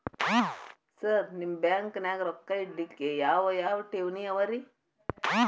Sir ನಿಮ್ಮ ಬ್ಯಾಂಕನಾಗ ರೊಕ್ಕ ಇಡಲಿಕ್ಕೆ ಯಾವ್ ಯಾವ್ ಠೇವಣಿ ಅವ ರಿ?